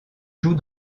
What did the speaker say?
joue